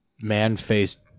man-faced